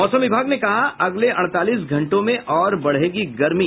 मौसम विभाग ने कहा अगले अड़तालीस घंटे में और बढ़ेगी गर्मी